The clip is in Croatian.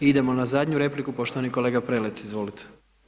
Idemo na zadnju repliku, poštovani kolega Prelec, izvolite.